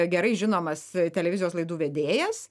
gerai žinomas televizijos laidų vedėjas